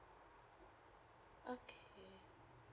okay